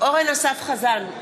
אורן אסף חזן,